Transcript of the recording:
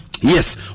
Yes